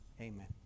Amen